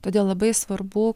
todėl labai svarbu